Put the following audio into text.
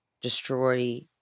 destroy